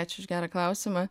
ačiū už gerą klausimą